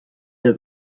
der